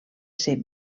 ser